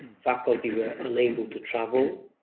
faculty were unable to travel.